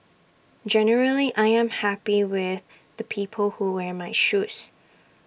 generally I'm happy with the people who wear my shoes